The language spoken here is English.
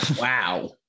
Wow